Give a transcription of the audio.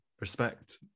respect